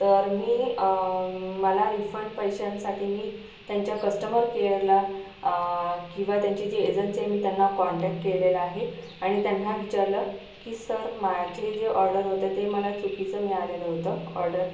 तर मी मला रिफंड पैशांसाठी मी त्यांच्या कस्टमर केअरला किंवा त्यांची जी एजन्सी आहे मी त्यांना कॉन्टॅक केलेला आहे आणि त्यांना विचारलं की सर माझे जे ऑर्डर होते ते मला चुकीचं मिळालेलं होतं ऑर्डर